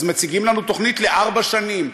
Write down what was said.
אז מציגים לנו תוכנית לארבע שנים,